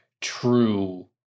true